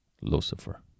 Lucifer